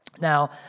Now